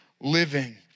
living